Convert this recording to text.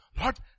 Lord